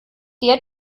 der